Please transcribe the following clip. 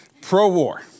pro-war